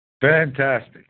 Fantastic